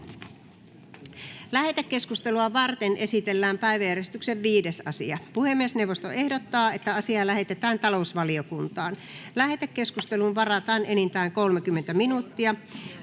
Lähetekeskustelua varten esitellään päiväjärjestyksen 7. asia. Puhemiesneuvosto ehdottaa, että asia lähetetään hallintovaliokuntaan. Lähetekeskusteluun varataan enintään 30 minuuttia.